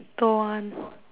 don't want